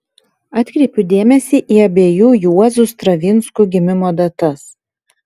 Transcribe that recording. atkreipiu dėmesį į abiejų juozų stravinskų gimimo datas